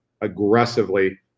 aggressively